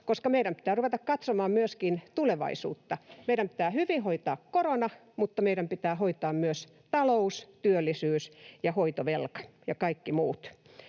koska meidän pitää ruveta katsomaan myöskin tulevaisuutta. Meidän pitää hyvin hoitaa korona, mutta meidän pitää hoitaa myös talous, työllisyys, hoitovelka ja kaikki muut.